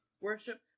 worship